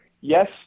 yes